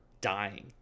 dying